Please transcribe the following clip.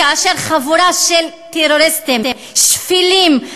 שחבורה של טרוריסטים שפלים,